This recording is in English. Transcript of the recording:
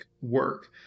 work